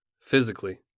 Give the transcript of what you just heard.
physically